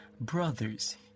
Brothers